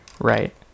Right